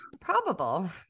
probable